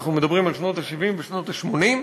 אנחנו מדברים על שנות ה-70 ושנות ה-80,